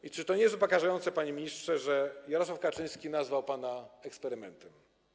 I czy to nie jest upokarzające, panie ministrze, że Jarosław Kaczyński nazwał pana eksperymentem?